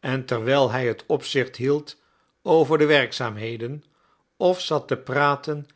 en terwijl hij het opzicht hield over de werkzaamheden of zat te praten